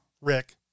Rick